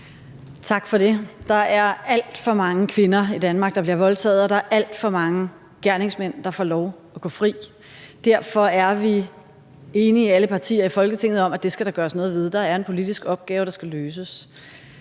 Tak for det. Der er alt for mange kvinder i Danmark, der bliver voldtaget, og der er alt for mange gerningsmænd, der får lov at gå fri. Derfor er vi i alle partier i Folketinget enige om, at der skal gøres noget ved det, og at der er en politisk opgave, der skal løses.